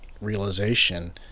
realization